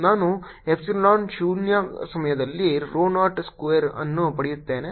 ನಾನು ಎಪ್ಸಿಲಾನ್ ಶೂನ್ಯ ಸಮಯದಲ್ಲಿ rho ನಾಟ್ ಸ್ಕ್ವೇರ್ ಅನ್ನು ಪಡೆಯುತ್ತೇನೆ